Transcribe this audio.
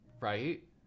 right